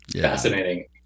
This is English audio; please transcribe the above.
fascinating